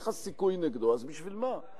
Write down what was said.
אין לך סיכוי נגדו, אז בשביל מה?